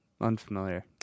Unfamiliar